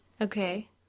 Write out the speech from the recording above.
Okay